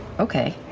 okay.